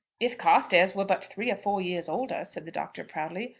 if carstairs were but three or four years older, said the doctor, proudly,